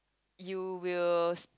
you will